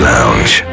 Lounge